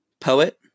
poet